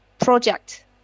project